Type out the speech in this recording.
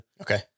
Okay